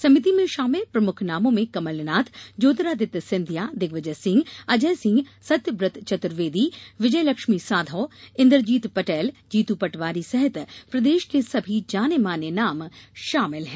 समिति में शामिल प्रमुख नामों में कमलनाथ ज्यातिरादित्य सिंधिया दिग्विजय सिंह अजय सिंह सत्यव्रत चतुर्वेदी विजयलक्ष्मी साधौ इन्द्रजीत पटेल जीतू पटवारी सहित प्रदेश के सभी जाने माने नाम शामिल हैं